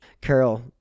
carol